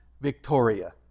Victoria